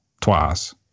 twice